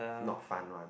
not fun one